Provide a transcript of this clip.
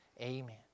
Amen